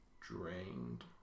drained